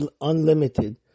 unlimited